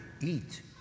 eat